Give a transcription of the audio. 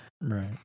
right